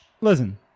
Listen